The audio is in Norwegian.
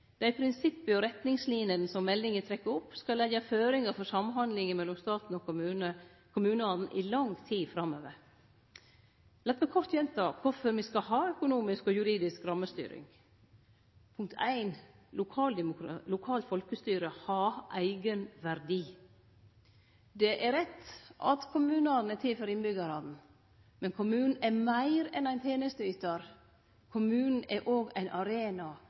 Dei prinsippa og retningslinene som meldinga trekkjer opp, skal leggje føringar for samhandling mellom staten og kommunane i lang tid framover. Lat meg kort gjenta kvifor me skal ha økonomisk og juridisk rammestyring: Lokalt folkestyre har eigenverdi. Det er rett at kommunane er til for innbyggjarane. Men kommunen er meir enn ein tenesteytar. Kommunen er òg ein arena